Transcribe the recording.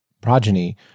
progeny